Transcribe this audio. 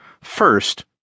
First